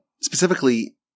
specifically